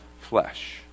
flesh